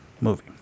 movie